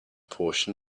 portion